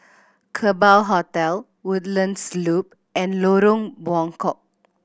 Kerbau Hotel Woodlands Loop and Lorong Buangkok